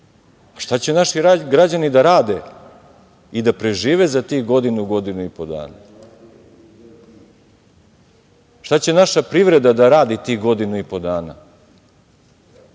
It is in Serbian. šta će naši građani da rade i da prežive za tih godinu, godinu i po dana? Šta će naša privreda da radi tih godinu i po dana? Zato